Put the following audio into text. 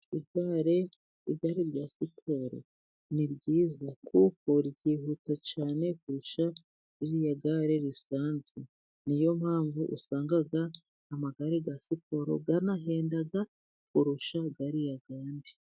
Igare, igare rya siporo ni ryiza kuko ryihuta cyane kurusha ririya gare risanzwe, niyo mpamvu usanga amagare ya siporo anahenda kurusha ariya yandi.